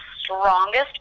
strongest